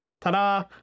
Ta-da